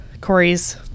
Corey's